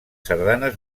sardanes